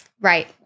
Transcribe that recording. Right